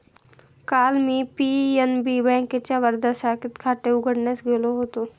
काल मी पी.एन.बी बँकेच्या वर्धा शाखेत खाते उघडण्यास गेलो होतो